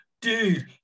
dude